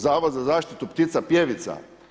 Zavod za zaštitu ptica pjevica?